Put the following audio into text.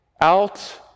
out